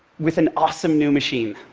with an awesome new machine.